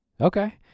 Okay